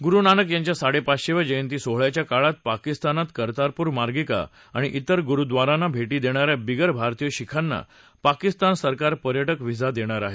गुरु नानक यांच्या साडेपाचशेव्या जयंती सोहळ्याच्या काळात पाकिस्तानात कर्तारपूर मार्गिका आणि तिर गुरुद्वारांना भेटी देणाऱ्या बिगर भारतीय शीखांना पाकिस्तान सरकार पर्यटक व्हिसा देणार आहे